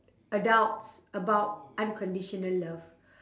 adults about unconditional love